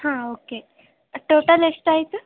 ಹಾಂ okay total ಎಷ್ಟು ಆಯಿತು